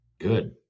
Good